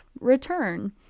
return